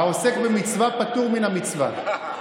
העוסק במצווה פטור מן המצווה.